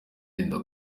yenda